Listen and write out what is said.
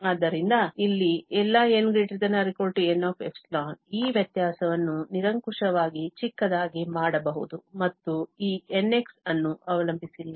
ಆದ್ದರಿಂದ ಇಲ್ಲಿ ∀ n ≥ Nϵ ಈ ವ್ಯತ್ಯಾಸವನ್ನು ನಿರಂಕುಶವಾಗಿ ಚಿಕ್ಕದಾಗಿ ಮಾಡಬಹುದು ಮತ್ತು ಈ N x ಅನ್ನು ಅವಲಂಬಿಸಿಲ್ಲ